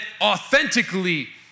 authentically